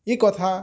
କି କଥା